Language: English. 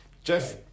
Jeff